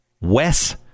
Wes